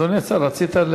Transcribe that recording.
אדוני השר, רצית?